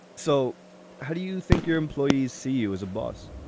so how do you think your employees see you as a boss?